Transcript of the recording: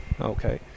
Okay